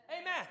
Amen